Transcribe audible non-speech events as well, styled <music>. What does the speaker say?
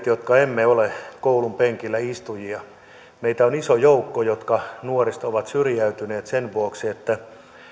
<unintelligible> jotka emme ole koulunpenkillä istujia on iso joukko jotka nuoresta ovat syrjäytyneet sen vuoksi että